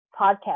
podcast